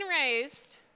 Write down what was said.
raised